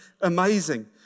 amazing